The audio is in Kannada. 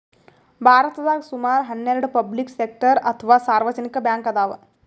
ಭಾರತದಾಗ್ ಸುಮಾರ್ ಹನ್ನೆರಡ್ ಪಬ್ಲಿಕ್ ಸೆಕ್ಟರ್ ಅಥವಾ ಸಾರ್ವಜನಿಕ್ ಬ್ಯಾಂಕ್ ಅದಾವ್